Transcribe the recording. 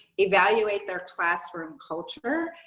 evaluate their classroom culture,